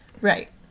right